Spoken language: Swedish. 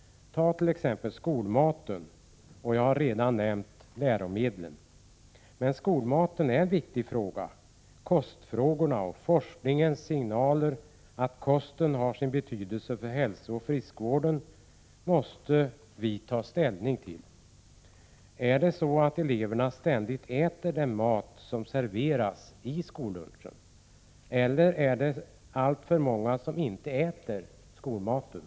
Jag har redan nämnt frågan om läromedlen, men även frågan om skolmaten är viktig. Vi måste ta ställning till kostfrågorna och till forskningens signaler om att kosten har sin betydelse för hälsooch friskvården. Är det så att eleverna alltid äter den mat som serveras i skollunchen? Eller är det alltför många som inte äter skolmaten?